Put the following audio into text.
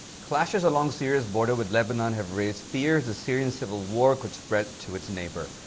clashes along syria's border with lebanon have raised fears the syrian civil war could spread to its neighbor.